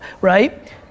right